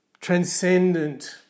Transcendent